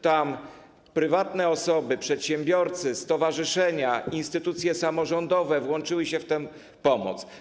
Tam prywatne osoby, przedsiębiorcy, stowarzyszenia, instytucje samorządowe włączyły się w tę pomoc.